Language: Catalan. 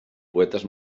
poetes